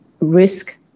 risk